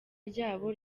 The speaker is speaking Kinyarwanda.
ryabo